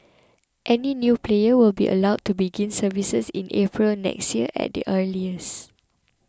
any new player will be allowed to begin services in April next year at the earliest